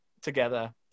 together